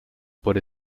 por